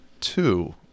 two